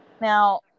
Now